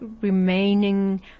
remaining